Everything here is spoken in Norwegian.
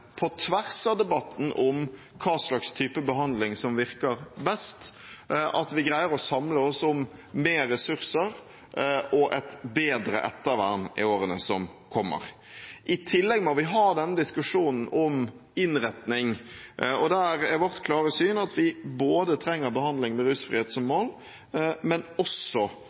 på tvers av debatten om hva slags type behandling som virker best – at vi greier å samle oss om mer ressurser og et bedre ettervern i årene som kommer. I tillegg må vi ha denne diskusjonen om innretning, og der er vårt klare syn at vi trenger både behandling med rusfrihet som mål